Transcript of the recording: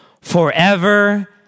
forever